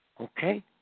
okay